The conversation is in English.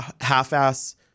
half-ass